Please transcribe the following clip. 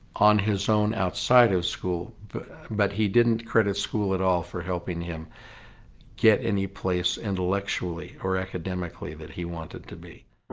on his own outside of school but he didn't credit school at all for helping him get anyplace intellectually or academically that he wanted to be.